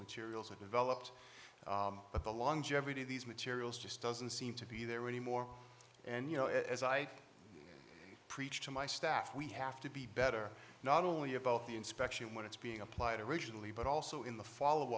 materials are developed but the longevity of these materials just doesn't seem to be there anymore and you know as i preach to my staff we have to be better not only about the inspection when it's being applied originally but also in the follow